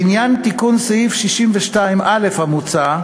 לעניין תיקון סעיף 62א המוצע,